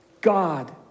God